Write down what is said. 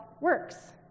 works